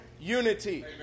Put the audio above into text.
unity